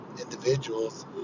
individuals